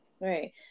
Right